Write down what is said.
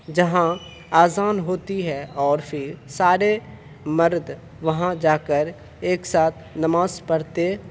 جہاں اذان ہوتی ہے اور پھر سارے مرد وہاں جا کر ایک ساتھ نماز پڑھتے